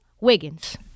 Wiggins